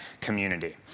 community